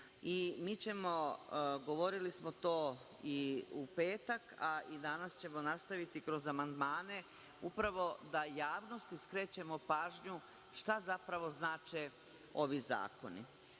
Mi ćemo, govorili smo to i u petak i danas ćemo nastaviti kroz amandmane, upravo javnosti da skrećemo pažnju šta zapravo znače ovi zakoni.